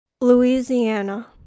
Louisiana